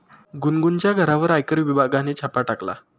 गुनगुनच्या घरावर आयकर विभागाने छापा टाकला